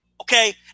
Okay